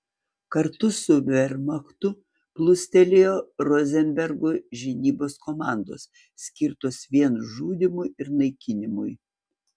kartu su vermachtu plūstelėjo rozenbergo žinybos komandos skirtos vien žudymui ir naikinimui